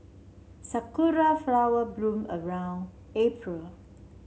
sakura flower bloom around April